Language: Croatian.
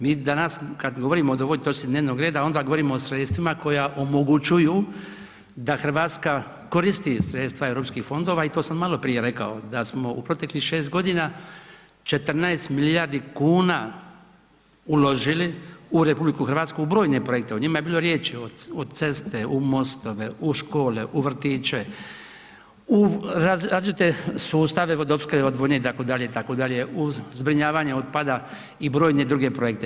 Mi danas, kad govorimo o ovoj točci dnevnog reda, onda govorimo o sredstvima koja omogućuju da Hrvatska koristi sredstva EU fondova i to sam maloprije rekao da smo u proteklih 6 godina 14 milijardi kuna uložili u RH u brojne projekte, o njima je bilo riječi, u ceste, u mostove, u škole, u vrtiće, u različite sustave vodoopskrbe i odvodnje, itd., itd., u zbrinjavanje otpada i brojne druge projekte.